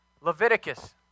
Leviticus